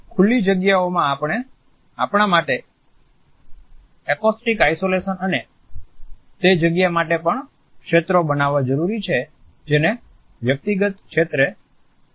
તેથી ખુલ્લી જગ્યાઓમાં આપણા માટે એકોસ્ટિક આઇસોલેશન અને તે જગ્યા માટે પણ ક્ષેત્રો બનાવવા જરૂરી છે જેને વ્યક્તિગત ક્ષેત્રે તરીકે ઓળખવું જોઈએ